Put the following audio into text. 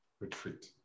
retreat